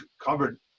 covered